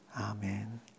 Amen